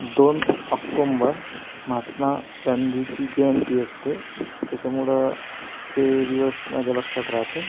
दोन ऑक्टोंबर महात्मा गांधीची जयंती असते त्याच्यामुळं ते दिवस माझ्या लक्षात राहते